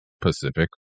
Pacific